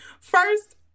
First